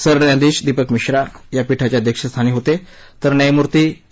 सरन्यायाधिश दीपक मिश्रा या पीठाच्या अध्यक्षस्थानी होते तर न्यायमूर्ती ए